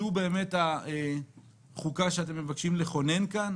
זו באמת החוקה שאתם מבקשים לכונן כאן?